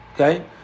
okay